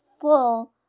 full